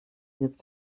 gibt